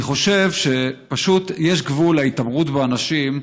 אני חושב שפשוט יש גבול להתעמרות באנשים,